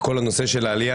בכל הנושא של העלייה,